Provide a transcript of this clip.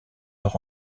leur